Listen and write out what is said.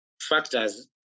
factors